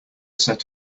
set